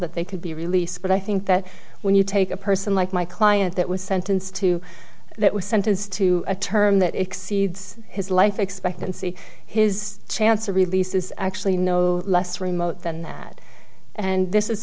that they could be released but i think that when you take a person like my client that was sentenced to that was sentenced to a term that exceeds his life expectancy his chance of release is actually no less remote than that and this is